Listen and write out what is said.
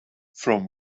from